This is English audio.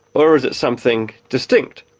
or is it something distinct,